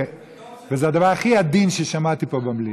וזה הדבר הכי עדין ששמעתי פה במליאה.